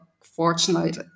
fortunate